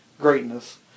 greatness